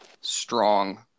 strong